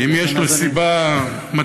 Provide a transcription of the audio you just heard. אם יש לו סיבה מצדיקה,